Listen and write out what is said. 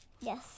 Yes